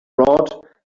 brought